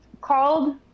called